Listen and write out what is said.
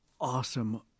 awesome